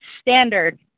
standard